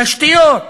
תשתיות,